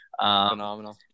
Phenomenal